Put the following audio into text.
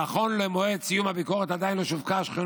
נכון למועד סיום הביקורת עדיין לא שווקה שכונה